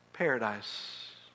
Paradise